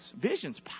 Vision's